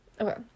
okay